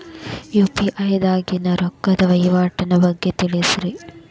UPI ದಾಗಿನ ರೊಕ್ಕದ ವಹಿವಾಟಿನ ಬಗ್ಗೆ ತಿಳಸ್ರಿ